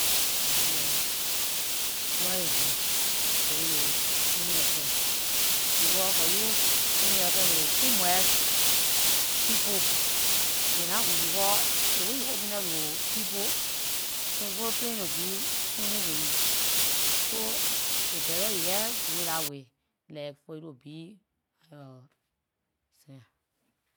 Yeah, because aay good for you to something yor seh. Because for you something yor seh to too much people, aay nah good. Because dey way you open up to people, some people planning to do something to you, so aay better you jeh do it dah way. Like for you to be by yor seh.